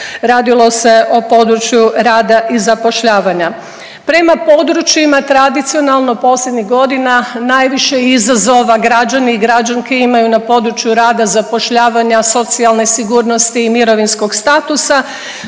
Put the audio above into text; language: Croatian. radilo se o području rada i zapošljavanja. Prema područjima tradicionalno posljednjih godina najviše izazova građani i građanke imaju na području rada, zapošljavanja, socijalne sigurnosti i mirovinskog statusa